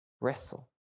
wrestle